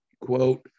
quote